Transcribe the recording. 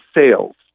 sales